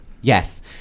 yes